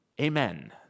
Amen